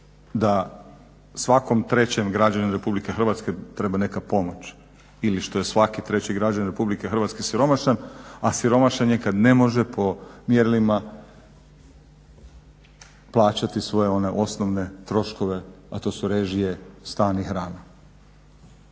da svakom trećem građaninu Republike Hrvatske treba neka pomoć ili što je svaki treći građanin Republike Hrvatske siromašan. A siromašan je kada ne može po mjerilima plaćati svoje one osnovne troškove a to su režije, stan i hrana.